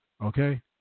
Okay